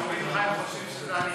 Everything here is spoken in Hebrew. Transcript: אומרים "חיים" חושבים שאני אשם.